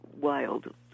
wild